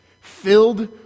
filled